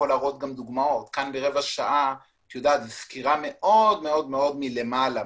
ברבע שעה זו סקירה מאוד מלמעלה.